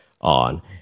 on